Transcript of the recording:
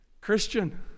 Christian